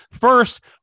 First